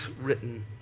written